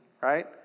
right